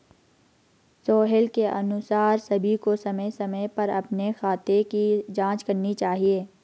सोहेल के अनुसार सभी को समय समय पर अपने खाते की जांच करनी चाहिए